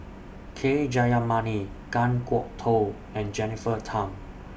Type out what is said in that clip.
K Jayamani Kan Kwok Toh and Jennifer Tham